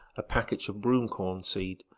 a package of broom-corn seed,